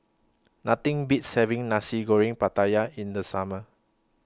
Nothing Beats having Nasi Goreng Pattaya in The Summer